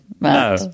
No